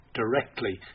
directly